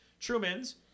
Trumans